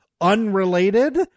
unrelated